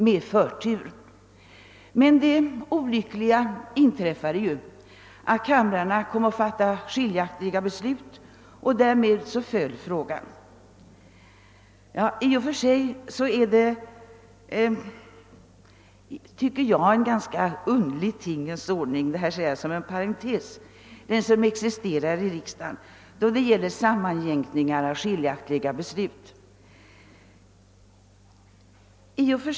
Det olyckliga inträffade emellertid att kamrarna kom att fatta skiljaktiga beslut, och därmed föll frågan. I och för sig är det en underlig tingens ordning som existerar i riksdagen när det gäller sammanjämkning av skiljaktiga beslut.